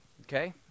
okay